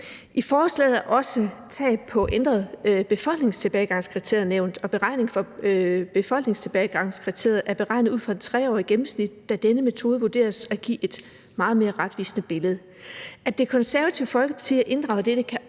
I forslaget er også tab på ændret befolkningstilbagegangskriterie nævnt, og befolkningstilbagegangskriteriet er beregnet ud fra et 3-årigt gennemsnit, da denne metode vurderes at give et meget mere retvisende billede. At Det Konservative Folkeparti har inddraget dette, kan også